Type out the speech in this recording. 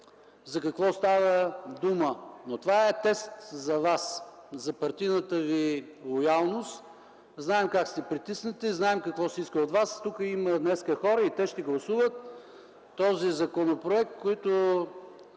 за какво става дума. Това обаче е тест за Вас, за партийната Ви лоялност. Знаем как са притиснати, какво се иска от Вас. Тук има днес хора и те ще гласуват този законопроект, тези,